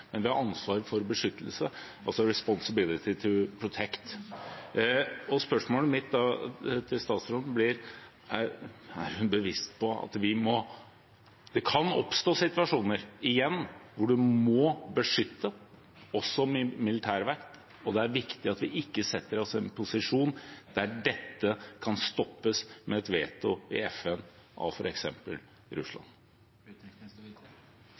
men vi har ansvar for å beskytte, altså «responsibility to protect». Spørsmålet mitt til statsråden blir da: Er hun bevisst på at det kan oppstå situasjoner igjen hvor man må beskytte, også militært? Og det er viktig at vi ikke setter oss i en posisjon der dette kan stoppes med et veto i FN av